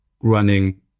running